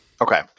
Okay